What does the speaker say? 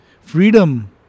freedom